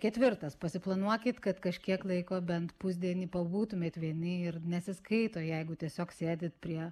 ketvirtas pasiplanuokit kad kažkiek laiko bent pusdienį pabūtumėt vieni ir nesiskaito jeigu tiesiog sėdit prie